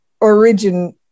origin